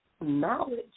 knowledge